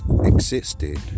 existed